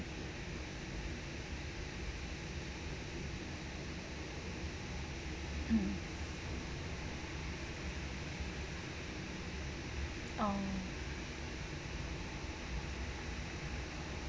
mm oh